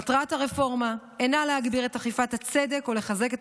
מטרת הרפורמה אינה להגביר את אכיפת הצדק או לחזק את